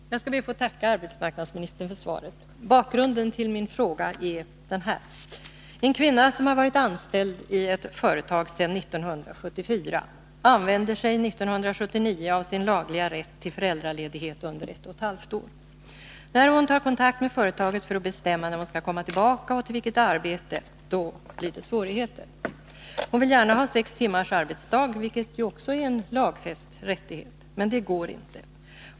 Herr talman! Jag skall be att få tacka arbetsmarknadsministern för svaret. Bakgrunden till min fråga är denna: En kvinna, som varit anställd i ett företag sedan 1974, använder sig 1979 av sin lagliga rätt till föräldraledighet under ett och ett halvt år. När hon tar kontakt med företaget för att bestämma när hon skall komma tillbaka och till vilket arbete blir det svårigheter. Hon vill gärna ha sex timmars arbetsdag, vilket ju också är en lagfäst rättighet. Men det går inte.